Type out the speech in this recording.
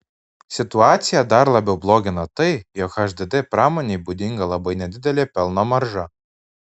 situaciją dar labiau blogina tai jog hdd pramonei būdinga labai nedidelė pelno marža